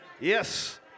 Yes